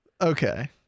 Okay